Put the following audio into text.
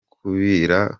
kubira